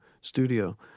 studio